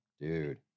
dude